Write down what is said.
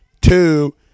two